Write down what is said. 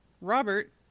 Robert